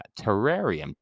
Terrarium